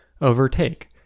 overtake